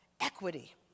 equity